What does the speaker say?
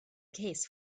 case